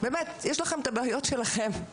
יש לכם הבעיות שלכם.